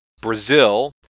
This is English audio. Brazil